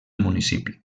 municipi